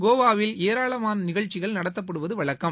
கோவாவில் ஏராளமான நிகழ்ச்சிகள் நடத்தப்படுவது வழக்கம்